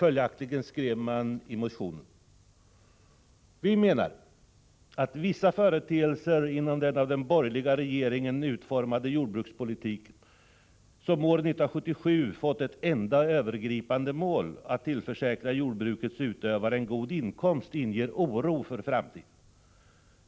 Följaktligen skrev man i motionen följande: ”Vi menar att vissa företeelser inom den av den borgerliga regeringen utformade jordbrukspolitiken — som år 1977 fått som enda övergripande mål att tillförsäkra jordbrukets utövare en god inkomst — inger oro för framtiden.